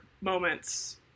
moments